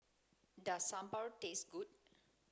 does Sambar taste good